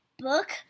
book